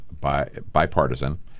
bipartisan